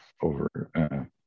over